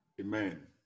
Amen